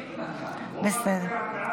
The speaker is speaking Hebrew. תסכים.